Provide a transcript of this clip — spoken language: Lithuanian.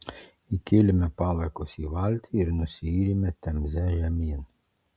įkėlėme palaikus į valtį ir nusiyrėme temze žemyn